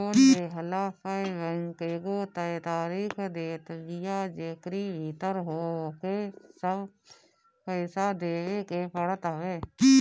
loan लेहला पअ bank एगो तय तारीख देत बिया जेकरी भीतर होहके सब पईसा देवे के पड़त हवे